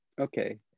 Okay